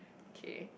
okay